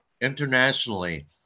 internationally